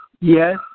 Yes